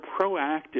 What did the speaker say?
proactive